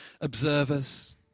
observers